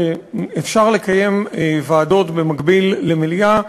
שאפשר לקיים ועדות במקביל למליאה,